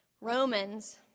Romans